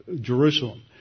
Jerusalem